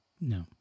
No